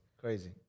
Crazy